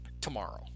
tomorrow